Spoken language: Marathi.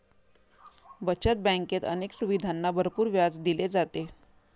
बचत बँकेत अनेक सुविधांना भरपूर व्याज दिले जाते